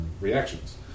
Reactions